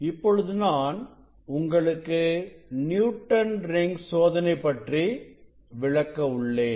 இப்பொழுது நான் உங்களுக்கு நியூட்டன் ரிங்ஸ் சோதனை பற்றி விளக்க உள்ளேன்